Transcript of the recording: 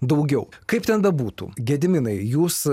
daugiau kaip ten bebūtų gediminai jūs